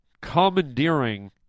commandeering